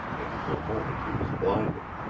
and for a moment he was blinded.